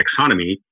taxonomy